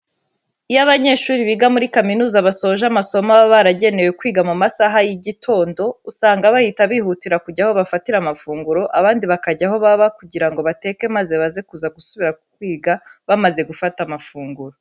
Iyo abanyeshuri biga muri kaminuza basoje amasomo baba baragenewe kwiga mu masaha y'igitondo, usanga bahita bihutira kujya aho bafatira amafunguro abandi bakajya aho baba kugira ngo bateka maze baze kuza gusubira kwiga bamaze gufata amafunguro.